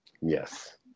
Yes